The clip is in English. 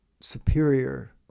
superior